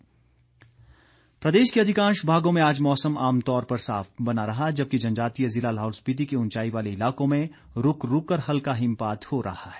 मौसम प्रदेश के अधिकांश भागों में आज मौसम आमतौर पर साफ बना रहा जबकि जनजातीय जिला लाहौल स्पीति के ऊंचाई वाले इलाकों में रूक रूक कर हल्का हिमपात हो रहा है